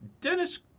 Dennis